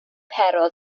pero